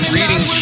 Reading